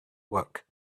work